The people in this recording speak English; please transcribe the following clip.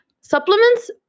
supplements